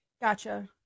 gotcha